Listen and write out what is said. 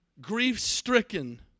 grief-stricken